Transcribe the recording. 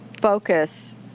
focus